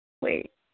Wait